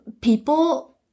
people